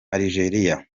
algérie